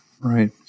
Right